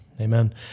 amen